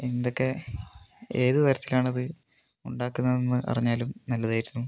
എന്തൊക്കെ ഏതുതരത്തിലാണത് ഉണ്ടാക്കുന്നതെന്ന് അറിഞ്ഞാലും നല്ലതായിരുന്നു